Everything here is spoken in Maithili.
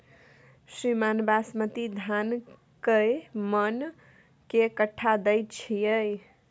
श्रीमान बासमती धान कैए मअन के कट्ठा दैय छैय?